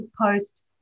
post